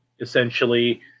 essentially